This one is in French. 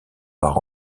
par